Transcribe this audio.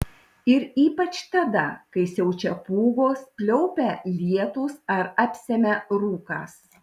ir ypač tada kai siaučia pūgos pliaupia lietūs ar apsemia rūkas